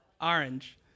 Orange